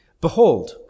Behold